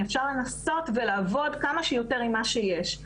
אפשר לנסות ולעבוד כמה שיותר עם מה שיש,